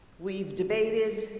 we've debated,